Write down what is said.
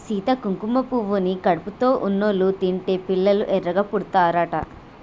సీత కుంకుమ పువ్వుని కడుపుతోటి ఉన్నోళ్ళు తింటే పిల్లలు ఎర్రగా పుడతారట